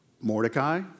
Mordecai